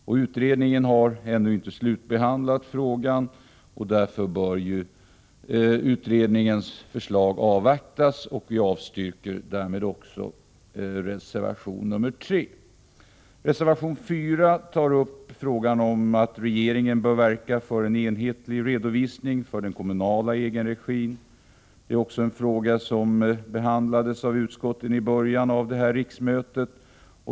Utredningen har ännu inte slutbehandlat frågan. Utredningens förslag bör avvaktas, och vi avstyrker därför motionen. Jag yrkar avslag också på reservation 3. I reservation 4 tar man upp frågan om att regeringen bör verka för en enhetlig redovisning för den kommunala egenregin. Det är också en fråga som behandlades av utskottet i början av detta riksmöte.